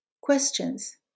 Questions